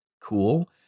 cool